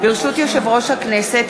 ברשות יושב-ראש הכנסת,